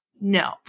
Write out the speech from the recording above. No